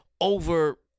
over